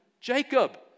Jacob